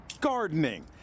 gardening